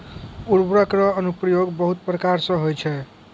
उर्वरक रो अनुप्रयोग बहुत प्रकार से होय छै